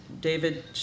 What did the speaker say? David